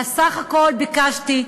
סך הכול ביקשתי,